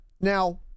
Now